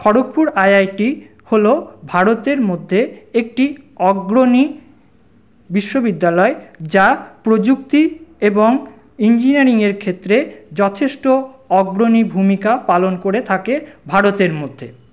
Kharagpur IIT হলো ভারতের মধ্যে একটি অগ্রণী বিশ্ববিদ্যালয় যা প্রযুক্তি এবং ইঞ্জিনিয়ারিংয়ের ক্ষেত্রে যথেষ্ট অগ্রণী ভূমিকা পালন করে থাকে ভারতের মধ্যে